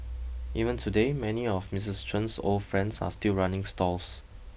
even today many of Mistress Chen old friends are still running stalls